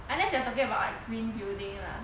unless you are talking about like green building lah